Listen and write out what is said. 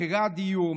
מחירי הדיור,